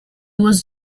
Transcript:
was